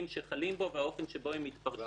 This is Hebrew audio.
שחלים בו והאופן שבו הם מתפרשים.